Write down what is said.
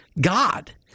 God